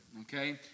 okay